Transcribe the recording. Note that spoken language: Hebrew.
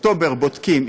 באוקטובר בודקים,